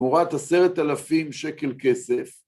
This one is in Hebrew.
תמורת עשרת אלפים שקל כסף.